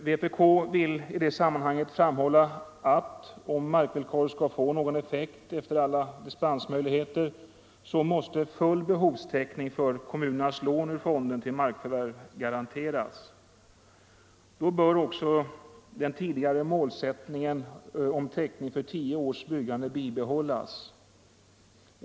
Vpk vill i det sammanhanget framhålla att om markvillkoret skall få någon effekt efter alla dispensmöjligheter, måste full behovstäckning för kommunernas lån ur fonden till markförvärv garanteras. Då bör också den tidigare målsättningen om täckning för tio års byggande bibehållas.